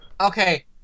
Okay